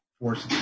forces